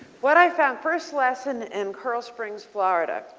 what i found first lesson in carrol springs, florida.